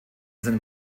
seinen